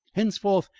henceforth,